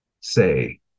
say